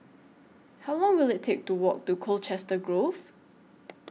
How Long Will IT Take to Walk to Colchester Grove